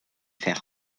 fer